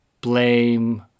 blame